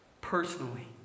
personally